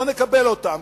לא נקבל אותם,